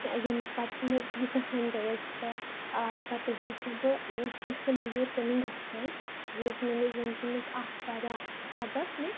ییٚمہِ پَتہٕ نہٕ زٕہٕنٛے گٔیَس بہٕ آ پَتہٕ ٲسٕس نہٕ بہٕ پٕرٛژھنہٕ بغٲر کُنُے گژھان یہِ ٲسۍ میٛٲنِس زنٛدگی منٛز اَکھ واریاہ سَبق مےٚ